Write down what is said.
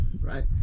Right